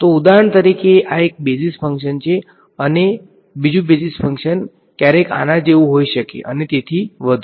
તો ઉદાહરણ તરીકે આ એક બેઝિસ ફંક્શન છે અને બીજું બેઝિસ ફંક્શન ક્યારેક આના જેવું હોઈ શકે છે અને તેથી વધુ